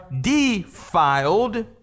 defiled